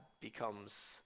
becomes